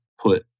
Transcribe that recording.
put